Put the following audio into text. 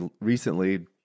recently